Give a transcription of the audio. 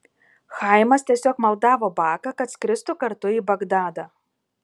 chaimas tiesiog maldavo baką kad skristų kartu į bagdadą